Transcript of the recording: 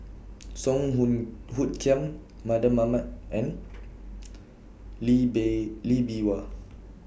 Song Hoot Hoot Kiam Mardan Mamat and Lee Bay Lee Bee Wah